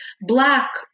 black